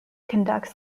conducts